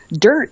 dirt